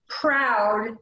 proud